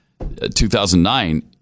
2009